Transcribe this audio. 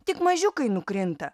tik mažiukai nukrinta